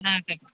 ആ അതെ